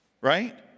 right